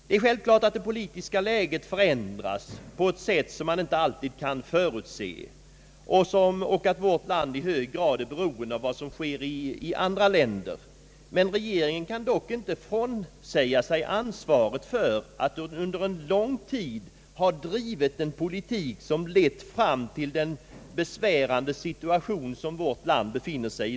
Det är självklart att det politiska läget förändras på ett sätt som man inte alltid kan förutse och att vårt land i hög grad är beroende av vad som sker i andra länder, men regeringen kan dock inte frånsäga sig ansvaret för att under en lång tid ha drivit en politik som lett fram till den besvärande situation där vårt land nu befinner sig.